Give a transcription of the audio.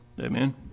Amen